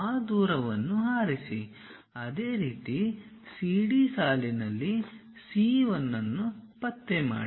ಆ ದೂರವನ್ನು ಆರಿಸಿ ಅದೇ ರೀತಿ CD ಸಾಲಿನಲ್ಲಿ C 1 ಅನ್ನು ಪತ್ತೆ ಮಾಡಿ